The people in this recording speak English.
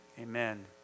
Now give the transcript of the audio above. amen